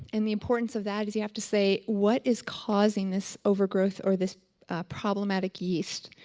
and the importance of that is you have to say, what is causing this overgrowth or this problematic yeast?